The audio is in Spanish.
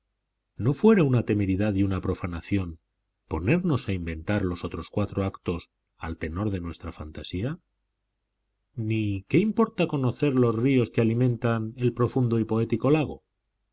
no fuera una temeridad y una profanación ponernos a inventar los otros cuatro actos al tenor de nuestra fantasía ni qué importa conocer los ríos que alimentan el profundo y poético lago